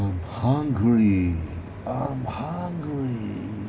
I'm hungry I'm hungry